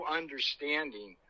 understanding